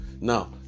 Now